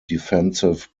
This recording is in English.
defensive